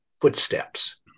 footsteps